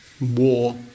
war